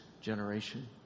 generation